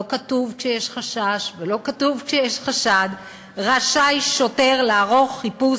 לא כתוב "כשיש חשש" ולא כתוב "כשיש חשד" "רשאי שוטר לערוך חיפוש